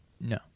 No